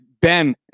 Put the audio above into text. Ben